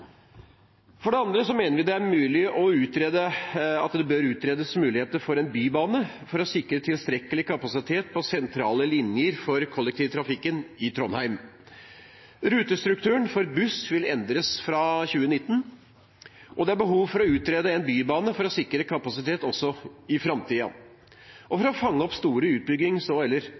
For det andre mener vi at det bør utredes muligheter for en bybane for å sikre tilstrekkelig kapasitet på sentrale linjer i kollektivtrafikken i Trondheim. Rutestrukturen for buss vil endres fra 2019. Det er behov for å utrede en bybane for å sikre kapasitet også i framtiden og for å fange opp store utbyggings-